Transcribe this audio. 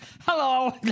hello